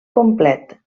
complet